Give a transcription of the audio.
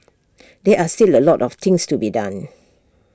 there are still A lot of things to be done